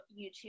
YouTube